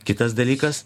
kitas dalykas